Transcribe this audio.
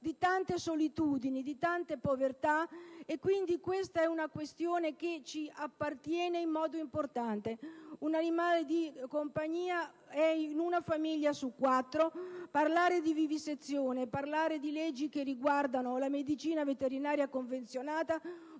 di tante solitudini. Questa, quindi, è una questione che ci appartiene in modo importante. Un animale da compagnia vive in una famiglia su quattro. Parlare di vivisezione e di leggi che riguardano la medicina veterinaria convenzionata